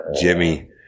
Jimmy